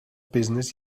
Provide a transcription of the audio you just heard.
business